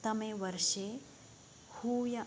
तमे वर्षे हूय